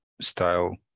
style